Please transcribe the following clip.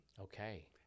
Okay